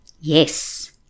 Yes